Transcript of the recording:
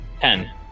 Ten